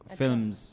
films